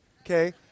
okay